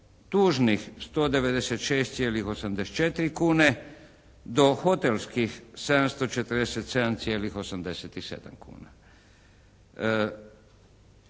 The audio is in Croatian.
tužnih 196,84 kuna do hotelskih 747,87 kuna.